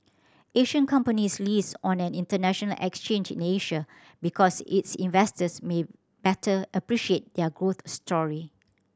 Asian companies list on an international exchange in Asia because its investors may better appreciate their growth story